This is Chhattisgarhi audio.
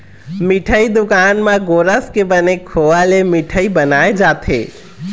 मिठई दुकान म गोरस के बने खोवा ले मिठई बनाए जाथे